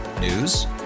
News